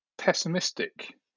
Pessimistic